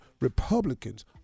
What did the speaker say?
Republicans